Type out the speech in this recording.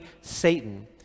Satan